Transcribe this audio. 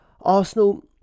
Arsenal